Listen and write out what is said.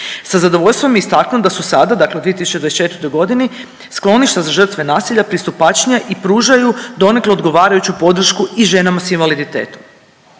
Sa zadovoljstvom je istaknuo da su sada, dakle u 2024. godini skloništa za žrtve naselja pristupačnija i pružaju donekle odgovarajuću podršku i ženama s invaliditetom.